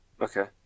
Okay